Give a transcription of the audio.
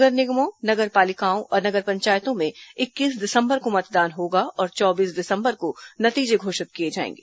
नगर निगमों नगर पालिकाओं और नगर पंचायतों में इक्कीस दिसंबर को मतदान होगा और चौबीस दिसंबर को नतीजे घोषित किए जाएंगे